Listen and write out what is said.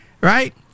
Right